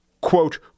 quote